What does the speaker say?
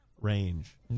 range